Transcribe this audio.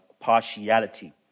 partiality